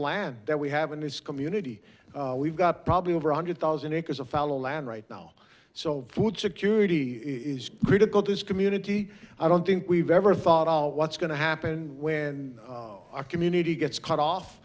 land that we have in his community we've got probably over a hundred thousand acres of fallow land right now so food security is critical to this community i don't think we've ever thought about what's going to happen when our community gets cut off